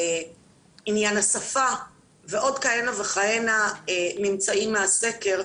עניין השפה ועוד כהנה וכהנה ממצאים מהסקר,